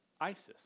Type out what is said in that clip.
ISIS